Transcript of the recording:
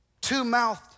Two-mouthed